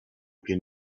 can